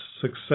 success